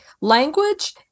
language